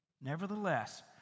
Nevertheless